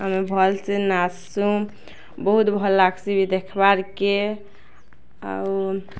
ଆମେ ଭଲ୍ ସେ ନାଚସୁଁ ବହୁତ ଭଲ୍ ଲାଗ୍ସି ବି ଦେଖ୍ବାର୍ କେ ଆଉ